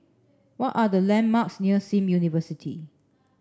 what are the landmarks near Sim University